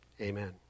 Amen